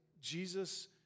Jesus